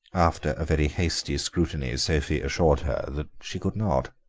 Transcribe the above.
after a very hasty scrutiny sophie assured her that she could not.